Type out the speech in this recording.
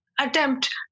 attempt